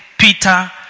Peter